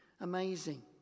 amazing